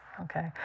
Okay